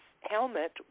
helmet